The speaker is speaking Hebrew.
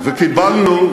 וקיבלנו,